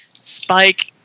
Spike